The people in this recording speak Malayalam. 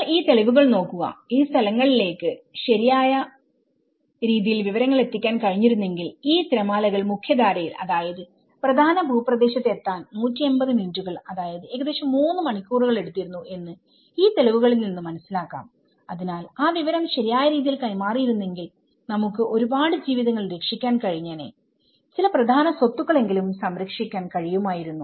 നിങ്ങൾ ഈ തെളിവുകൾ നോക്കുക ഈ സ്ഥലങ്ങളിലേക്ക് ശരിയായ രീതിയിൽ വിവരങ്ങൾ എത്തിക്കാൻ കഴിഞ്ഞിരുന്നെങ്കിൽ ഈ തിരമാലകൾ മുഖ്യധാര യിൽ അതായത് പ്രധാന ഭൂപ്രദേശത്തു എത്താൻ 180 മിനിറ്റുകൾ അതായത് ഏകദേശം 3 മണിക്കൂറുകൾ എടുത്തിരുന്നു എന്ന് ഈ തെളിവുകളിൽ നിന്ന് മനസിലാക്കാം അതിനാൽ ആ വിവരം ശരിയായ രീതിയിൽ കൈമാറിയിരുന്നെങ്കിൽ നമുക്ക് ഒരു പാട് ജീവിതങ്ങൾ രക്ഷിക്കാൻ കഴിഞ്ഞേനെ ചില പ്രധാന സ്വത്തുക്കൾ എങ്കിലും സംരക്ഷിക്കാൻ കഴിയുമായിരുന്നു